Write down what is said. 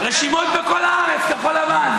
רשימות בכל הארץ, כחול-לבן.